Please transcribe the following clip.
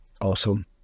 Awesome